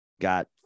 got